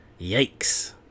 Yikes